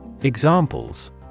Examples